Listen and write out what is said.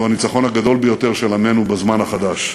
שהוא הניצחון הגדול ביותר של עמנו בזמן החדש.